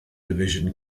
division